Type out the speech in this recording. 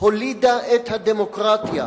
הולידה את הדמוקרטיה.